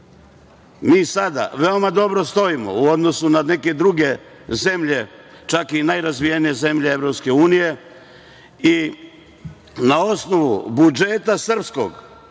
Mi sada veoma dobro stojimo u odnosu na neke druge zemlje, čak i najrazvijenije zemlje EU i na osnovu budžeta srpskog,